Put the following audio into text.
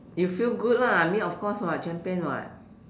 you feel good lah I mean of course [what] champion [what]